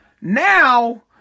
now